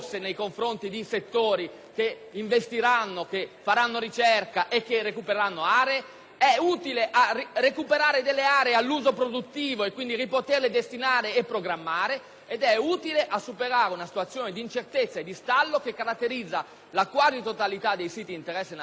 è utile a recuperare delle aree all'uso produttivo e quindi poterle destinare e programmare; è utile a superare una situazione di incertezza e di stallo che caratterizza la quasi totalità dei siti di interesse nazionale e la gran parte dei siti accertati come inquinati, indipendentemente